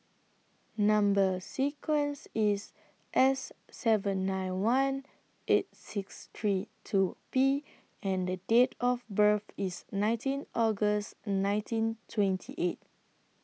Number sequence IS S seven nine one eight six three two P and Date of birth IS nineteen August nineteen twenty eight